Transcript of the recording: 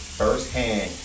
firsthand